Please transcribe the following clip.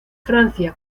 francia